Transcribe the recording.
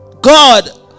God